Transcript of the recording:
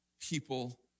people